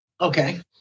Okay